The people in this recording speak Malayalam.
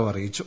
ഒ അറിയിച്ചു